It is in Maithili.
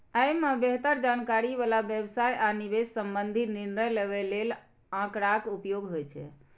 अय मे बेहतर जानकारी बला व्यवसाय आ निवेश संबंधी निर्णय लेबय लेल आंकड़ाक उपयोग होइ छै